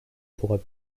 pourras